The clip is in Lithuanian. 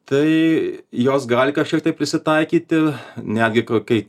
tai jos gali kažkiek tiek prisitaikyti netgi kai